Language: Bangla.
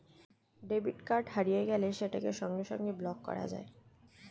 ডেবিট কার্ড হারিয়ে গেলে সেটাকে সঙ্গে সঙ্গে ব্লক করা যায়